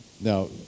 now